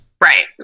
Right